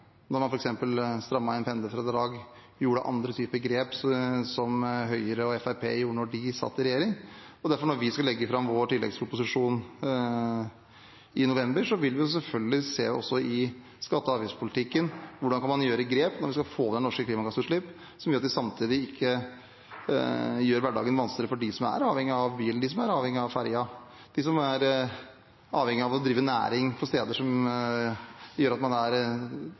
når man f.eks. strammet inn pendlerfradrag og gjorde andre typer grep, slik Høyre og Fremskrittspartiet gjorde da de satt i regjering. Derfor, når vi skal legge fram vår tilleggsproposisjon i november, vil vi selvfølgelig se på hvordan vi også i skatte- og avgiftspolitikken kan ta grep for å få ned norske klimagassutslipp, som samtidig ikke gjør hverdagen vanskeligere for dem som er avhengige av bil, dem som er avhengige av ferjen, og dem som er avhengige av å drive næring på steder der man trenger transport. Det er